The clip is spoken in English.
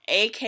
AK